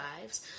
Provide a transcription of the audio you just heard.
lives